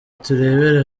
turebere